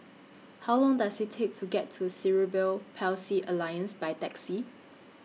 How Long Does IT Take to get to Cerebral Palsy Alliance By Taxi